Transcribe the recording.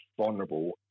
vulnerable